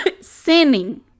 sinning